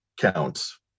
counts